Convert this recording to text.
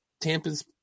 Tampa's